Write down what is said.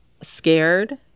scared